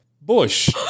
Bush